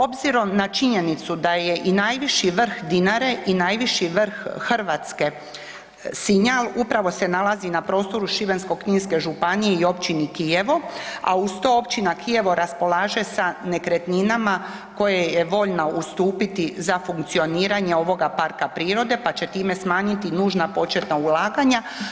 Obzirom na činjenicu da je i najviši vrh Dinare i najviši vrh Hrvatske Sinjal, upravo se nalazi na prostoru Šibensko-kninske županije i općini Kijevo, a uz to, općina Kijevo raspolaže sa nekretninama koje je voljna ustupiti za funkcioniranje ovog parka prirode pa će time smanjiti nužna početka ulaganja.